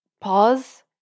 Pause